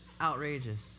outrageous